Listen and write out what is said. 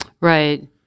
Right